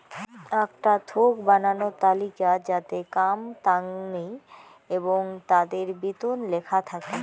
আকটা থোক বানানো তালিকা যাতে কাম তাঙনি এবং তাদের বেতন লেখা থাকি